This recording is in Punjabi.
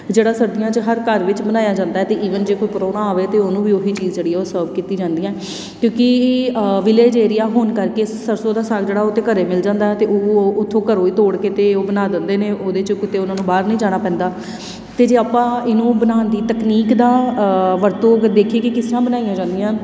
ਜਿਹੜਾ ਸਰਦੀਆਂ 'ਚ ਹਰ ਘਰ ਵਿੱਚ ਬਣਾਇਆ ਜਾਂਦਾ ਹੈ ਅਤੇ ਈਵਨ ਜੇ ਕੋਈ ਪਰਾਹੁਣਾ ਆਵੇ ਤਾਂ ਉਹਨੂੰ ਵੀ ਉਹੀ ਚੀਜ਼ ਜਿਹੜੀ ਆ ਉਹ ਸਰਵ ਕੀਤੀ ਜਾਂਦੀ ਹੈ ਕਿਉਂਕਿ ਵਿਲੇਜ ਏਰੀਆ ਹੋਣ ਕਰਕੇ ਸਰਸੋਂ ਦਾ ਸਾਗ ਜਿਹੜਾ ਉਹ ਤਾਂ ਘਰ ਮਿਲ ਜਾਂਦਾ ਹੈ ਅਤੇ ਉਹ ਉੱਥੋਂ ਘਰੋਂ ਹੀ ਤੋੜ ਕੇ ਅਤੇ ਉਹ ਬਣਾ ਦਿੰਦੇ ਨੇ ਉਹਦੇ 'ਚ ਕਿਤੇ ਉਹਨਾਂ ਨੂੰ ਬਾਹਰ ਨਹੀਂ ਜਾਣਾ ਪੈਂਦਾ ਅਤੇ ਜੇ ਆਪਾਂ ਇਹਨੂੰ ਬਣਾਉਣ ਦੀ ਤਕਨੀਕ ਦਾ ਵਰਤੋਂ ਅਗਰ ਦੇਖੀਏ ਕਿ ਕਿਸ ਤਰ੍ਹਾਂ ਬਣਾਈਆਂ ਜਾਂਦੀਆਂ